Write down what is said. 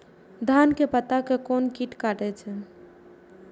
धान के पत्ता के कोन कीट कटे छे?